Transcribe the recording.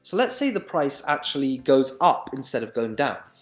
so let's say the price actually goes up instead of going down.